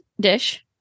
dish